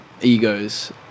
egos